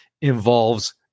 involves